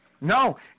no